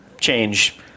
change